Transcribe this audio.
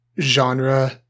genre